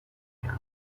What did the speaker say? نگران